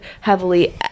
heavily